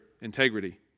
integrity